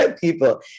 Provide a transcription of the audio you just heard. people